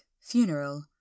funeral